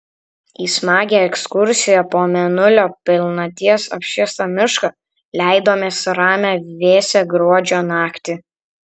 į smagią ekskursiją po mėnulio pilnaties apšviestą mišką leidomės ramią vėsią gruodžio naktį